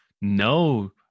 no